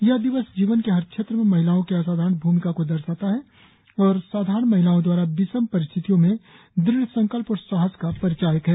यह दिवस जीवन के हर क्षेत्र में महिलाओं की असाधारण भूमिका को दर्शाता है और साधारण महिलाओं द्वारा विषम परिस्थितियों में दृढ़ संकल्प और साहस का परिचायक है